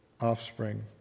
offspring